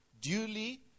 duly